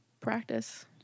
practice